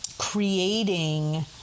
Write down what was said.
creating